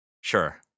Sure